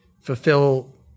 fulfill